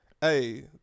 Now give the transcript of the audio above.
Hey